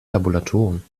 tabulatoren